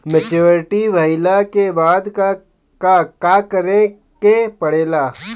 Maturity भईला के बाद का करे के पड़ेला?